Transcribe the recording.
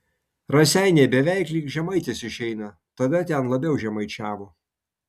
raseiniai beveik lyg žemaitis išeina tada ten labiau žemaičiavo